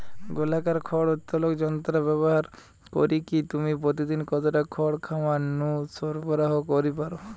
গোলাকার খড় উত্তোলক যন্ত্র ব্যবহার করিকি তুমি প্রতিদিন কতটা খড় খামার নু সরবরাহ করি পার?